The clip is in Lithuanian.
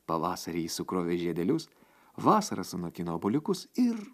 pavasarį ji sukrovė žiedelius vasarą sunokino obuoliukus ir